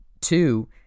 two